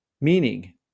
Meaning